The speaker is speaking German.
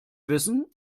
wissen